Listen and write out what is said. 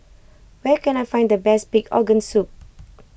where can I find the best Pig Organ Soup